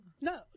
No